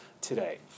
today